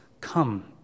come